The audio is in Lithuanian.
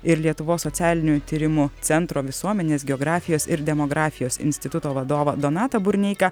ir lietuvos socialinių tyrimų centro visuomenės geografijos ir demografijos instituto vadovą donatą burneiką